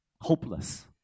hopeless